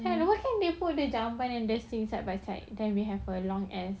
why can't they put the jamban and the sink side by side then we have a long ass